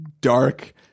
dark